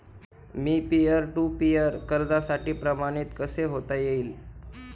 Me peer to peer कर्जासाठी प्रमाणित कसे होता येईल?